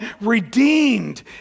redeemed